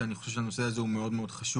כי אני חושב שהנושא הזה הוא מאוד חשוב.